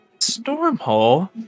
Stormhole